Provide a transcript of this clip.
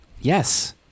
Yes